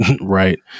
right